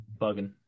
bugging